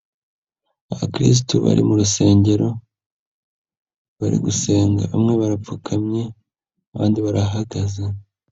Abakirisitu bari mu rusengero, bari gusenga, bamwe barapfukamye, abandi barahagaze.